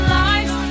lives